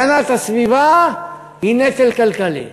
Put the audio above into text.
הגנת הסביבה היא נטל כלכלי.